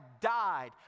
died